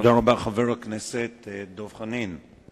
תודה רבה לחבר הכנסת דב חנין.